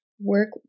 work